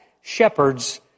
shepherds